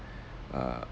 err